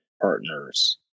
partners